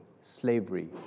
slavery